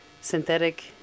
synthetic